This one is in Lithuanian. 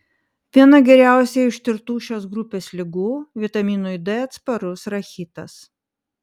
viena geriausiai ištirtų šios grupės ligų vitaminui d atsparus rachitas